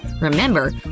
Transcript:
Remember